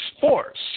force